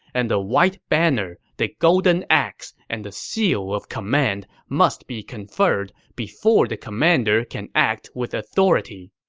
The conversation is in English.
and the white banner, the golden-axe, and the seal of command must be conferred before the commander can act with authority.